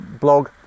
blog